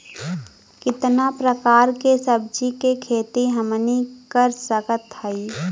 कितना प्रकार के सब्जी के खेती हमनी कर सकत हई?